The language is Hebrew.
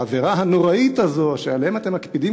בעבירה הנוראית הזאת שעליה אתם מקפידים